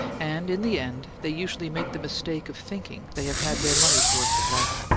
and in the end they usually make the mistake of thinking they have had their money's worth of life.